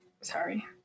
Sorry